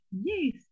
Yes